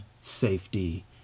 safety